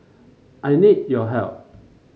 I need your help